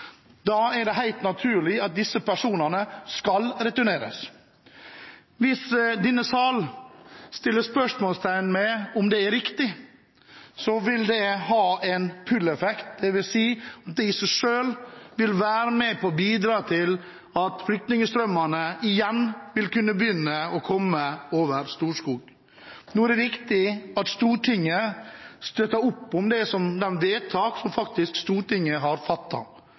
Da er det helt naturlig at disse personene skal returneres. Hvis denne sal setter spørsmålstegn ved om det er riktig, vil det ha en «pull-effekt», dvs. at det i seg selv vil være med og bidra til at flyktningstrømmene igjen vil kunne begynne å komme over Storskog. Nå er det viktig at Stortinget støtter opp om de vedtak som Stortinget faktisk har